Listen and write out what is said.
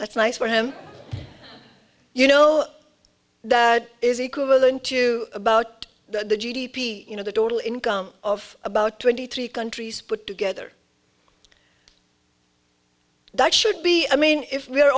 that's nice for him you know that is equivalent to about the g d p you know the total income of about twenty three countries put together that should be i mean if we're